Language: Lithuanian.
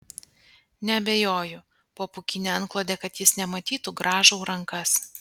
neabejoju po pūkine antklode kad jis nematytų grąžau rankas